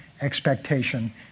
expectation